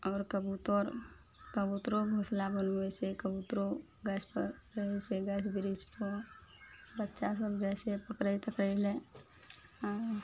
आओर कबूतर कबूतरो घोसला बनबय छै कबूतरो गाछपर रहय छै गाछ वृक्षपर बच्चा सब जाइ छै पकड़य तकड़य लए